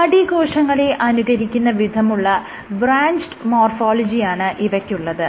നാഡീകോശങ്ങളെ അനുകരിക്കുന്ന വിധമുള്ള ബ്രാഞ്ച്ഡ് മോർഫോളജിയാണ് ഇവയ്ക്കുള്ളത്